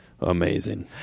amazing